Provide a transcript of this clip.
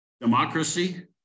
democracy